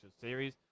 series